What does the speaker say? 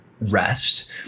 rest